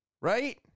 right